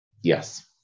Yes